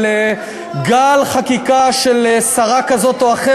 מה זה מפריע לך שאנשים,